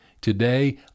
Today